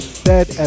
Dead